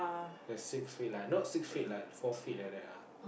have six feet lah not six feet lah four feet like that ah